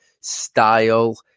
style